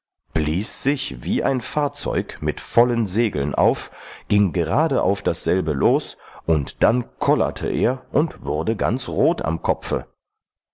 blies sich wie ein fahrzeug mit vollen segeln auf ging gerade auf dasselbe los und dann kollerte er und wurde ganz rot am kopfe